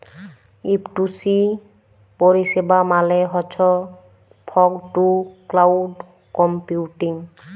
F two C পরিষেবা মালে হছ ফগ টু ক্লাউড কম্পিউটিং